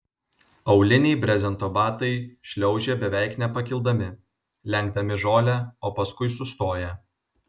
auliniai brezento batai šliaužia beveik nepakildami lenkdami žolę o paskui sustoja